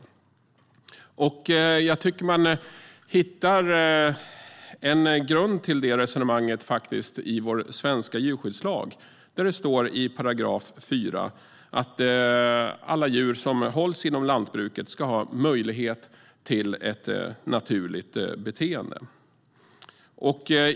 Jag tycker faktiskt att man hittar en grund till detta resonemang i vår svenska djurskyddslag, där det i § 4 står att alla djur som hålls inom lantbruket ska ha möjlighet till ett naturligt beteende.